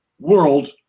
world